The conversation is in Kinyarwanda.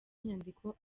inyandiko